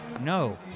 No